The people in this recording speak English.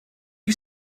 you